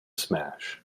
smash